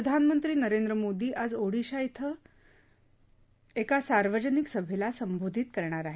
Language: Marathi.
प्रधानमंत्री नरेंद्र मोदी आज ओडिशा धिं एका सार्वजनिक सभेला संबोधित करणार आहेत